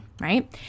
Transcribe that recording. right